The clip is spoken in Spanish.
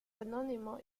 anónimo